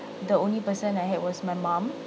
the only person I had was my mom